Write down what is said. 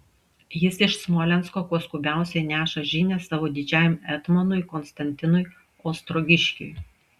jis iš smolensko kuo skubiausiai neša žinią savo didžiajam etmonui konstantinui ostrogiškiui